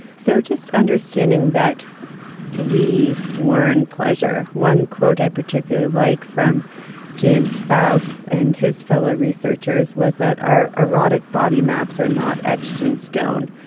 so just understanding that we learn pleasure. one quote. i particularly like from james fao's and his fellow researchers was that our erotic body maps are not etched in stone.